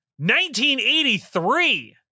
1983